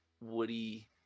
woody